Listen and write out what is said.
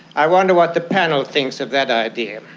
i wonder what the panel thinks of that idea.